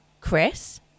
Chris